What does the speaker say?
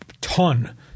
Ton